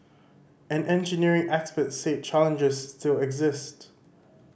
an engineering expert said challenges still exist